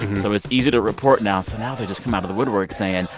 so it's easy to report now, so now they just come out of the woodwork saying,